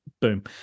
boom